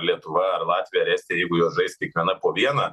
lietuva ar latvija ar estija jeigu jie žais kiekviena po vieną